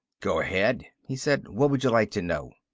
go ahead, he said. what would you like to know?